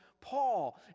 Paul